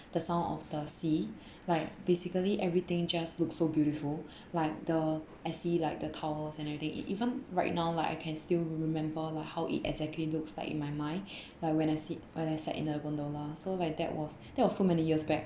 the sound of the sea like basically everything just look so beautiful like the I see like the towers and everything even right now like I can still remember lah how it exactly looks like in my mind like when I sit when I sat in a gondola so like that was that was so many years back